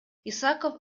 исаков